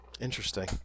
interesting